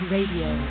Radio